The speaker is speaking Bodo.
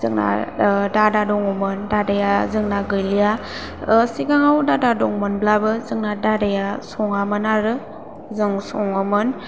जोंना दादा दङमोन दादाया जोंना गैला सिगाङाव दा दा दंमोनब्लाबो जोंना दादाया सङामोन आरो जों सङोमोन